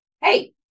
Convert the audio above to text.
hey